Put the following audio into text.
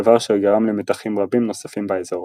דבר אשר גרם למתחים רבים נוספים באזור.